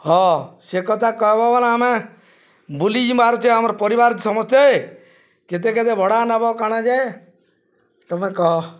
ହଁ ସେ କଥା କହବ ମାନେ ଆମେ ବୁଲିି ଯିମା ମାରୁଛେ ଆମର ପରିବାର ସମସ୍ତେ କେତେ କେତେ ଭଡ଼ା ନବ କାଣା ଯାଏ ତମେ କହ